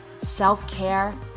self-care